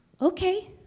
Okay